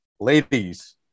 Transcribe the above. Ladies